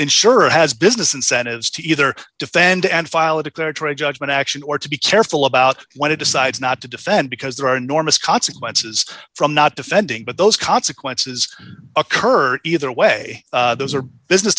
insurer has business incentives to either defend and file a declaratory judgment action or to be careful about what it decides not to defend because there are enormous consequences from not defending but those consequences occurred either way those are business